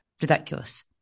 ridiculous